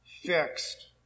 fixed